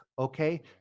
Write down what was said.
Okay